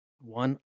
One